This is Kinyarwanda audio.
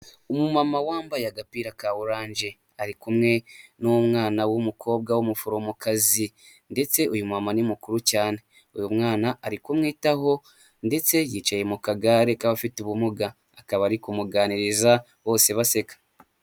Umumama wambaye agapira ka orange, ari kumwe n'umwana w'umukobwa w'umuforomokazi ndetse uyu mumama ni mukuru cyane. Uyu mwana ari kumwitaho ndetse yicaye mu kagare k'abafite ubumuga akaba ari kumuganiriza bose baseka.